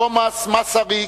תומס מסריק,